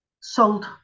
sold